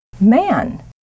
man